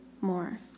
more